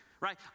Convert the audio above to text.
right